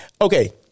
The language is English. Okay